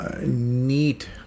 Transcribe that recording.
Neat